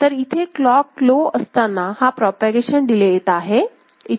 तर इथे clock low असताना हा प्रोपॅगेशन डिले येत आहे